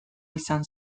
izan